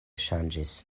ŝanĝis